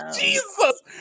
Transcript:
Jesus